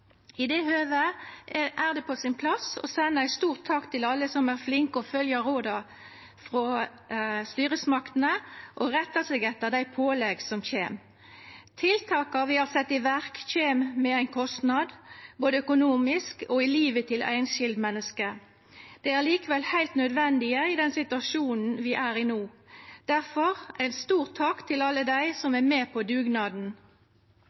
I det høvet er det på sin plass å senda ein stor takk til alle som er flinke og følgjer råda frå styresmaktene og rettar seg etter dei pålegga som kjem. Tiltaka vi har sett i verk, kjem med ein kostnad både økonomisk og i livet til einskildmenneske. Dei er likevel heilt nødvendige i den situasjonen vi er i no. Difor: ein stor takk til alle dei som er med på dugnaden.